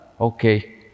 Okay